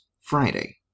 Friday